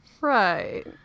right